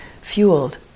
fueled